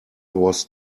was